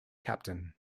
captain